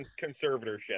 conservatorship